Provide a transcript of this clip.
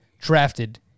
drafted